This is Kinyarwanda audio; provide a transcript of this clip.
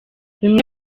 bimwe